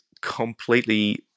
completely